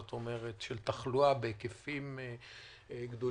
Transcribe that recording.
זאת אומרת של תחלואה בהיקפים גדולים,